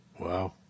Wow